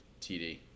TD